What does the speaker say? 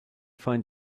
find